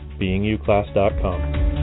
beinguclass.com